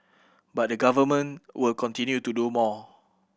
but the Government will continue to do more